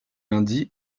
lundis